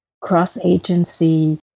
cross-agency